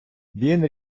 він